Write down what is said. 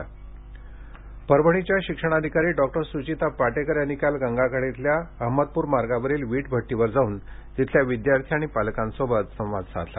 परभणी शिक्षणाधिकारी संवाद परभणीच्या शिक्षणाधिकारी डॉक्टर सुचिता पाटेकर यांनी काल गंगाखेड इथल्या अहमदपूर मार्गावरील विटभट्टीवर जाऊन तिथल्या विद्यार्थी आणि पालकांशी संवाद साधला